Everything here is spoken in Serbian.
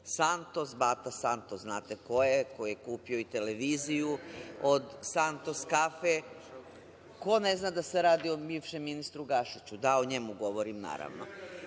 Santos, Bata Santos, znate ko je, ko je kupio i televiziju od Santos kafe. Ko ne zna da se radi o bivšem ministru Gašiću? Da, o njemu govorim, naravno. Dakle,